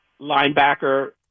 linebacker